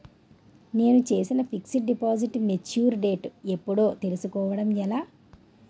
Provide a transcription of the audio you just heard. నేను చేసిన fixed deposit mature date ఎప్పుడో తెల్సుకోవడం ఎలా?